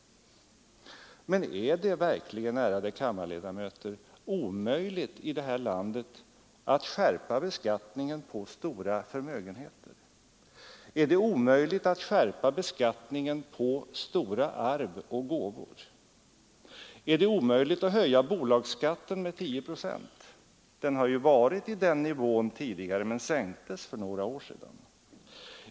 Men är det verkligen, ärade kammarledamöter, omöjligt i det här landet att skärpa beskattningen på stora förmögenheter? Är det omöjligt att skärpa beskattningen på stora arv och gåvor? Är det omöjligt att höja bolagsskatten med 10 procent? Den har ju legat på den nivån tidigare, men sänktes för några år sedan.